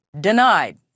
denied